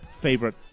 favorite